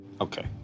Okay